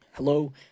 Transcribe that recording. Hello